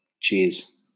Cheers